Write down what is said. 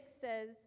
says